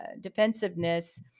defensiveness